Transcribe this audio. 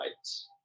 rights